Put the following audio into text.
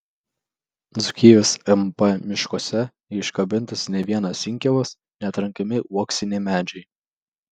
dzūkijos np miškuose neiškabintas nė vienas inkilas neatrenkami uoksiniai medžiai